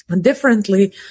differently